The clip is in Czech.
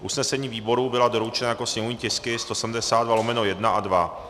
Usnesení výboru byla doručena jako sněmovní tisky 172/1 a 2.